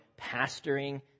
pastoring